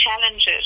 challenges